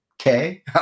okay